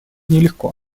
нелегко